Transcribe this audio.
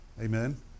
amen